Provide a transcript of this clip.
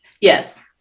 Yes